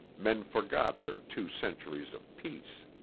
men forgot their two centuries of peace.